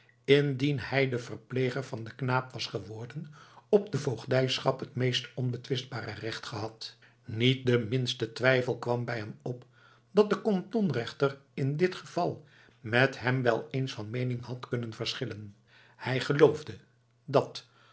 indien hij de verpleger van den knaap was geworden op de voogdijschap het meest onbetwistbare recht gehad niet de minste twijfel kwam bij hem op dat de kantonrechter in dit geval met hem wel eens van meening had kunnen verschillen hij geloofde dat